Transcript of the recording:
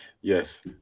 yes